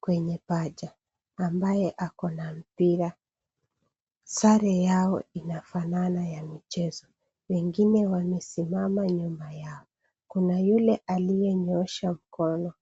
kwenye paja ambaye akona mpira. Sare yao inafanana ya michezo. Wengine wamesimama nyuma yao. Kuna yule aliyenyoosha mkono.